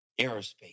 aerospace